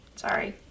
Sorry